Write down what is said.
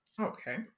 Okay